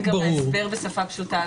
הסבר בשפה פשוטה.